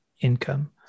income